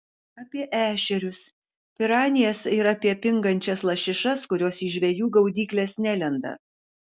apie ešerius piranijas ir apie pingančias lašišas kurios į žvejų gaudykles nelenda